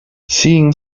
seeing